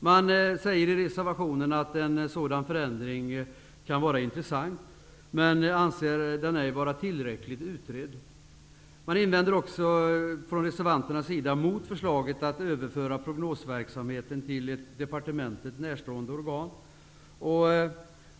Man säger i reservationen att en sådan förändring kan vara intressant, men anser den ej vara tillräckligt utredd. Vidare invänder reservanterna mot förslaget att överföra prognosverksamheten till ett departementet närstående organ.